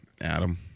Adam